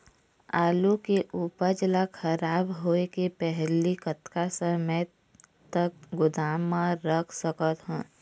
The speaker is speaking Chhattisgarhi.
आलू के उपज ला खराब होय के पहली कतका समय तक गोदाम म रख सकत हन?